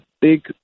big